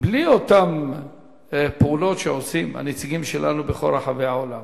אותן פעולות שעושים הנציגים שלנו בכל רחבי העולם